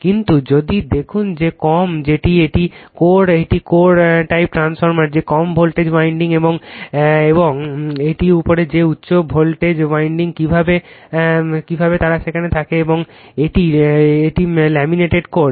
কিন্তু যদি দেখুন যে কম যেটি এটি কোর এটি কোর টাইপ ট্রান্সফরমার যে কম ভোল্টেজের ওয়াইন্ডিং একটি উপরে যে উচ্চ ভোল্টেজ উইন্ডিং কিভাবে তারা সেখানে থাকে এবং এটি লেমিনেটেড কোর